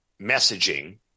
messaging